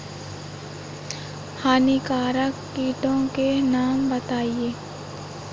हानिकारक कीटों के नाम बताएँ?